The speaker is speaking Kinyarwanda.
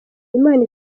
imana